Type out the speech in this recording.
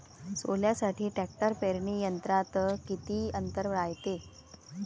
सोल्यासाठी ट्रॅक्टर पेरणी यंत्रात किती अंतर रायते?